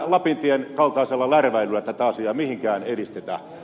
lapintien kaltaisella lärväilyllä tätä asiaa mihinkään edistetä